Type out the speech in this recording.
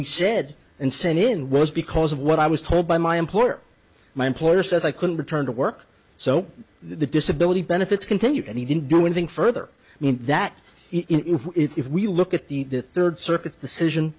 we said and sent in was because of what i was told by my employer my employer says i couldn't return to work so the disability benefits continue and he didn't do anything further mean that if if we look at the third circuit decision